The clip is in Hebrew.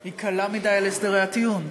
היא קלה מדי על הסדרי הטיעון.